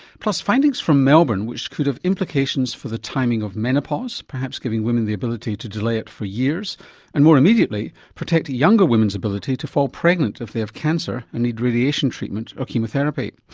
plus findings from melbourne which could have implications for the timing of menopause, perhaps giving women the ability to delay it for years and more immediately protect younger women's ability to fall pregnant if they have cancer and need radiation treatment of chemotherapy.